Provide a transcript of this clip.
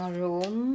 room